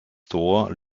store